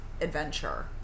adventure